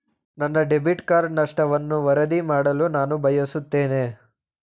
ನನ್ನ debit card ನಷ್ಟವನ್ನು ವರದಿ ಮಾಡಲು ನಾನು ಬಯಸುತ್ತೇನೆ